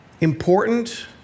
important